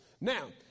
Now